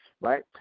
right